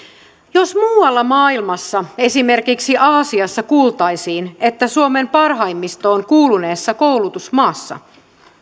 jos muualla maailmassa esimerkiksi aasiassa kuultaisiin että suomen parhaimmistoon kuuluneessa koulutusmaassa